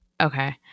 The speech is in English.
Okay